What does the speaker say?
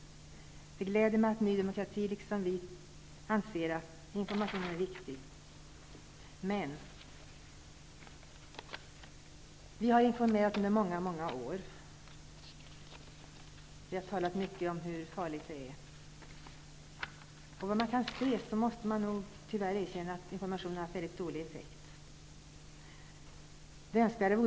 Det gläder mig att Ny demokrati liksom vi anser att information är viktig. Men vi har nu informerat under många år och talat mycket om hur farligt det är. Man måste nog tyvärr erkänna att informationen har gett dålig effekt.